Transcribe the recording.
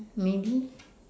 maybe